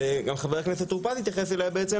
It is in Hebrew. שגם חבר הכנסת טור פז בעצם התייחס אליה,